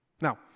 Now